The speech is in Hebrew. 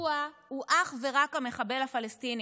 בפיגוע הוא אך ורק המחבל הפלסטיני.